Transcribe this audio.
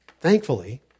Thankfully